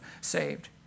saved